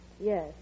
Yes